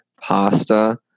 pasta